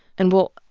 and, well,